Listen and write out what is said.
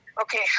okay